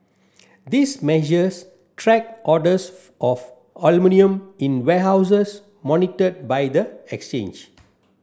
this measures track orders of aluminium in warehouses monitored by the exchange